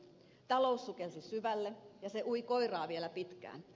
talous sukelsi syvälle ja se ui koiraa vielä pitkään